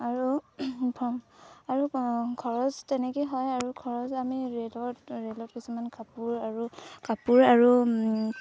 আৰু আৰু খৰচ তেনেকৈয়ে হয় আৰু খৰচ আমি ৰেলত ৰেলত কিছুমান কাপোৰ আৰু কাপোৰ আৰু